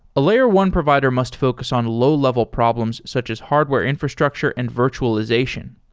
a layer one provider must focus on low-level problems, such as hardware infrastructure and virtualization.